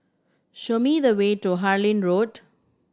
show me the way to Harlyn Road